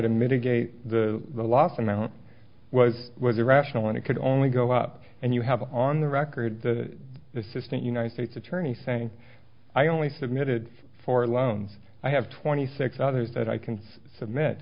to mitigate the loss amount was the rational and it could only go up and you have on the record the assistant united states attorney saying i only submitted for loans i have twenty six others that i can submit